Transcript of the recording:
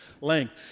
length